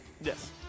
Yes